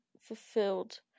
fulfilled